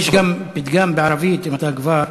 יש גם פתגם בערבית, אם כבר: